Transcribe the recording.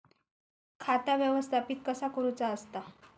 खाता व्यवस्थापित कसा करुचा असता?